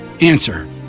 Answer